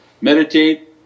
Meditate